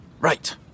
Right